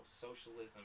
Socialism